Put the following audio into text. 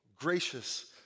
gracious